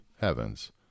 heavens